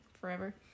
forever